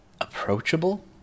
approachable